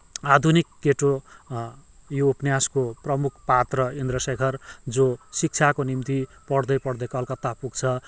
आधुनिक केटो यो उपन्यासको प्रमुख पात्र इन्द्रशेखर जो शिक्षाको निम्ति पढ्दै पढ्दै कलकत्ता पुग्छ